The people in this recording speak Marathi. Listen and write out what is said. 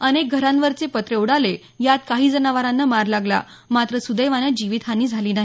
अनेक घरांवरचे पत्रे उडाले यात काही जनावरांना मार लागला मात्र सुदैवाने जीवित हानी झाली नाही